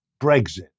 Brexit